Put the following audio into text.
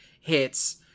hits